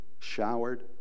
showered